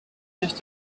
nicht